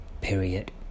period